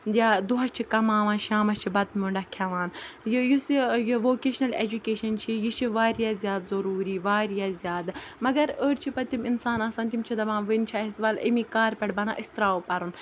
یا دۄہَس چھِ کماوان شامَس چھِ بَتہٕ میوٚنٛڈا کھٮ۪وان یہِ یُس یہِ یہِ ووکیشنَل ایجوکیشَن چھِ یہِ چھِ واریاہ زیادٕ ضٔروٗری واریاہ زیادٕ مگر أڑۍ چھِ پَتہٕ تِم اِنسان آسان تِم چھِ دَپان وٕنہِ چھِ اَسہِ وَلہٕ اَمی کارٕ پٮ۪ٹھ بَنان أسۍ ترٛاوَو پَرُن